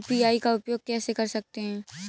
UPI का उपयोग कैसे कर सकते हैं?